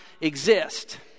exist